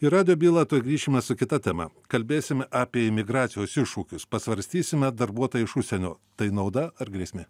į radijo bylą tuoj grįšime su kita tema kalbėsime apie imigracijos iššūkius pasvarstysime darbuotojai iš užsienio tai nauda ar grėsmė